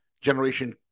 generation